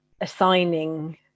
assigning